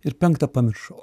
ir penktą pamiršau